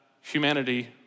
humanity